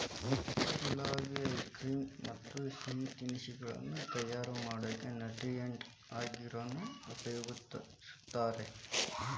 jalebi, ice cream ಮತ್ತ್ ಸಿಹಿ ತಿನಿಸಗಳನ್ನ ತಯಾರ್ ಮಾಡಕ್ ನ್ಯೂಟ್ರಿಯೆಂಟ್ ಅಗರ್ ನ ಉಪಯೋಗಸ್ತಾರ